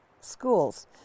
schools